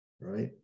right